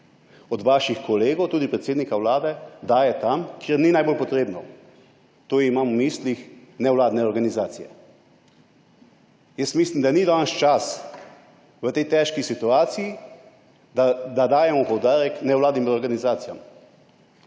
od vaših kolegov, tudi predsednika vlade, daje tam, kjer ni najbolj potrebno. Tu imam v mislih nevladne organizacije. Jaz mislim, da ni danes čas v tej težki situaciji, da dajemo poudarek nevladnim organizacijam.